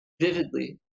vividly